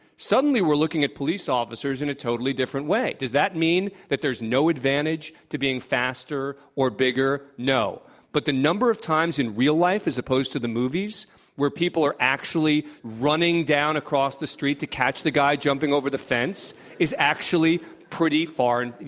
suddenly we're looking at police officers in a totally different way. does that mean that there's no advantage to being faster or bigger? no. but the number of times in real life as opposed to the movies where people are actually sort of running down across the street to catch the guy jumping over the fence is actually pretty far and you